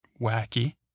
wacky